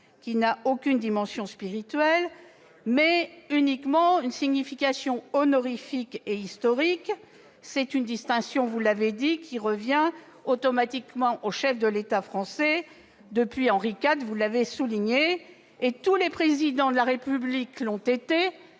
qui n'a aucune dimension spirituelle, mais possède uniquement une signification honorifique et historique. C'est une distinction, vous l'avez souligné, qui revient automatiquement au chef de l'État français depuis Henri IV. Pour être très précis historiquement, tous les Présidents de la République l'ont été,